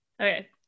Okay